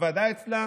בוועדה אצלה.